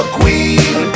queen